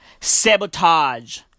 sabotage